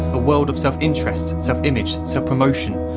a world of self-interest, self-image, self-promotion,